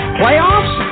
playoffs